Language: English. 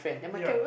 ya